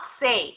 say